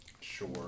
Sure